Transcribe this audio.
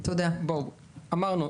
אמרנו,